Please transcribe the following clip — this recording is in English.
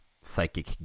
psychic